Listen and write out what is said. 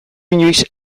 inoiz